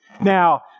Now